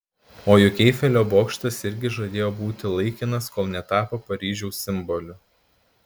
o juk eifelio bokštas irgi žadėjo būti laikinas kol netapo paryžiaus simboliu